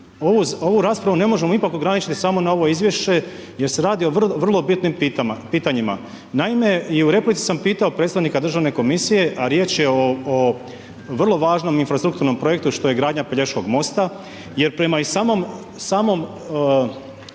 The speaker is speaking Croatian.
ovu raspravu ne možemo ipak ograničiti samo na ovo izvješće jer se radi o vrlo bitnim pitanjima. Naime, i u replici sam pitao predstavnika Državne komisije, a riječ je o vrlo važnom infrastrukturnom projektu što je gradnja Pelješkog mosta jer prema i samom